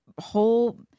whole